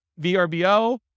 VRBO